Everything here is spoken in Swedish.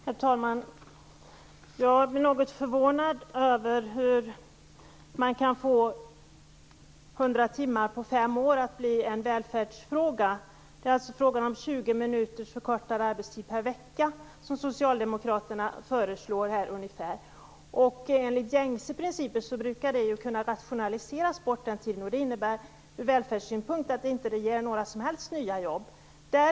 Herr talman! Jag blir något förvånad över hur man kan få 100 timmar på fem år att bli en välfärdsfråga. Socialdemokraterna föreslår alltså ungefär 20 minuter kortare arbetstid per vecka. Enligt gängse principer brukar den tiden kunna rationaliseras bort. Det innebär att det inte blir några som helst nya jobb.